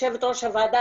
יושבת ראש הוועדה,